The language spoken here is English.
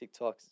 TikToks